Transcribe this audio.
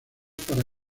para